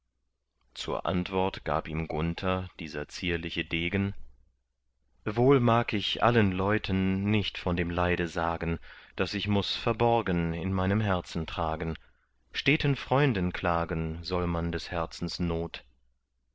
zur antwort gab ihm gunther dieser zierliche degen wohl mag ich allen leuten nicht von dem leide sagen das ich muß verborgen in meinem herzen tragen steten freunden klagen soll man des herzens not